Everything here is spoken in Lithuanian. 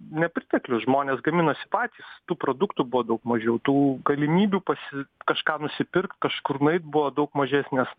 nepriteklius žmonės gaminosi patys tų produktų buvo daug mažiau tų galimybių pasi kažką nusipirkt kažkur nueit buvo daug mažesnės